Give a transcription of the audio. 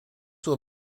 will